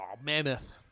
Mammoth